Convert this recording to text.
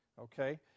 okay